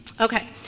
Okay